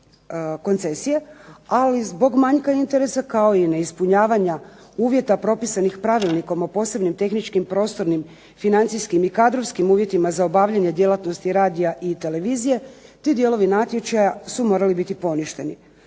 ali zbog manjka interesa kao i neispunjavanja uvjeta propisanih Pravilnikom o posebnim tehničkim, prostornim, financijskim i kadrovskim uvjetima za obavljanje djelatnosti radija i televizije ti dijelovi natječaja su morali biti poništeni.